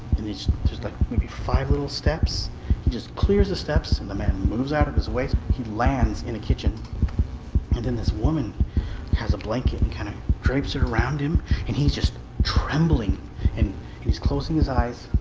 and it's just like maybe five little steps he just clears the steps in the man moves out of his ways he lands in the kitchen and then this woman has a blanket and kind of drapes around him and he's just trembling and he was closing his eyes,